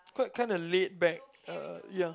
quite kind of laid back uh ya